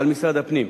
על משרד הפנים,